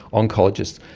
oncologists,